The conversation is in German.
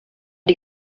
die